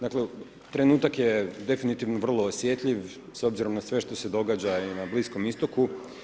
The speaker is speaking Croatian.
Dakle, trenutak je definitivno vrlo osjetljiv s obzirom na sve što se događa i na Bliskom istoku.